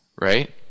right